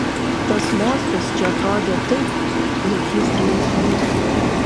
tas mostas čia atrodė taip lyg jis jai žnybtų